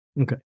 Okay